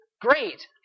great